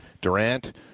Durant